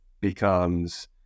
becomes